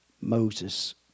Moses